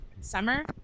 summer